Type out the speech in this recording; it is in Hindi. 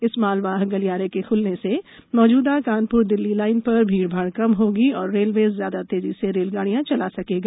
इस मालवाहक गलियारे के ख्लने से मौजूदा कानप्र दिल्ली लाइन पर भीड़ भाड़ कम होगी और रेलवे ज्यादा तेजी से रेलगाडियां चला सकेगा